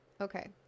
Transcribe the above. Okay